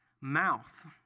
mouth